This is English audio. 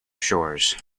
shores